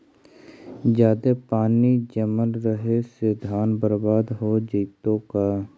जादे पानी जमल रहे से धान बर्बाद हो जितै का?